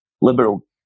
Liberal